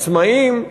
עצמאים,